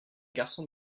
garçon